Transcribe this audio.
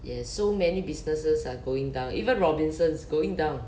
ya so many businesses are going down even robinsons going down